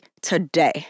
today